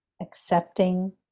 accepting